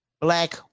black